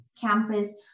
campus